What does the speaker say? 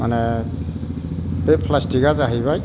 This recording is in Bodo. माने बे प्लास्टिका जाहैबाय